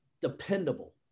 dependable